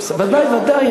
ודאי, ודאי.